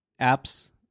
apps